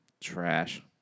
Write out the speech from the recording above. Trash